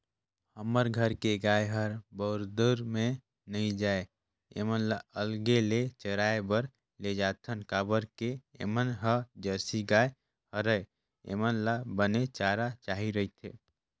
हमर घर के गाय हर बरदउर में नइ जाये ऐमन ल अलगे ले चराए बर लेजाथन काबर के ऐमन ह जरसी गाय हरय ऐेमन ल बने चारा चाही रहिथे